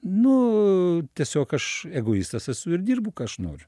nu tiesiog aš egoistas esu ir dirbu ką aš noriu